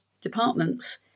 departments